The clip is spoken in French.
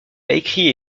écrit